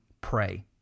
pray